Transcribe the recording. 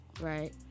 Right